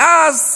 ואז,